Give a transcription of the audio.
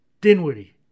Dinwiddie